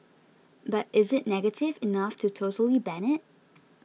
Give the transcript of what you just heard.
but is it negative enough to totally ban it